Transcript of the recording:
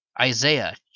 Isaiah